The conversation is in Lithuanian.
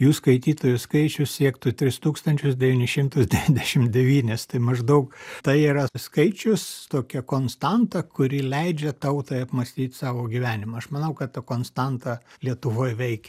jų skaitytojų skaičius siektų tris tūkstančius devynis šimtus devyniasdešim devynis tai maždaug tai yra skaičius tokia konstanta kuri leidžia tautai apmąstyt savo gyvenimą aš manau kad ta konstanta lietuvoj veikia